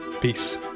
Peace